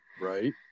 right